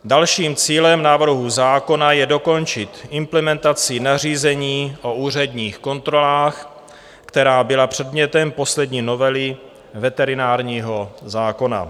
Dalším cílem návrhu zákona je dokončit implementaci nařízení o úředních kontrolách, která byla předmětem poslední novely veterinárního zákona.